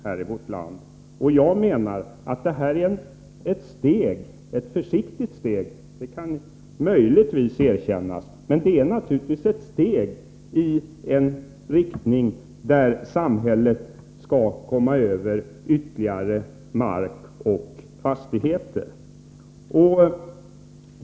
Föreliggande förslag är ett steg, även om jag möjligen kan tillstå att det är ett försiktigt steg, i riktning mot att samhället skall komma över ytterligare mark och fastigheter.